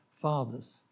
fathers